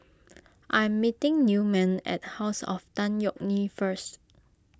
I am meeting Newman at House of Tan Yeok Nee first